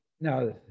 No